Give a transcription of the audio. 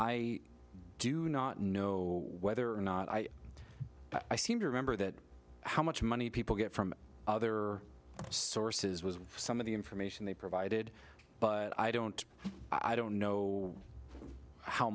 i do not know whether or not i but i seem to remember that how much money people get from other sources was some of the information they provided but i don't i don't know how